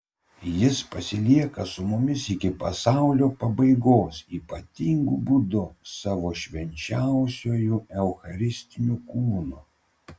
jis pasilieka su mumis iki pasaulio pabaigos ypatingu būdu savo švenčiausiuoju eucharistiniu kūnu